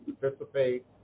participate